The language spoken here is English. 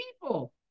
people